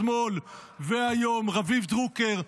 אתמול והיום רביב דרוקר,